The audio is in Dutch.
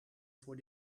voor